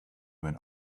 went